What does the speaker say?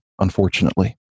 unfortunately